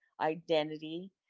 identity